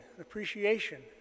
appreciation